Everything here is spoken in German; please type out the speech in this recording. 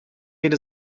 geht